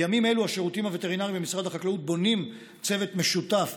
בימים אלו השירותים הווטרינריים במשרד החקלאות בונים צוות משותף,